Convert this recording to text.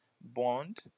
bond